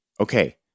Okay